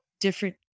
different